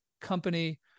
company